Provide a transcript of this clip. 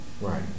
Right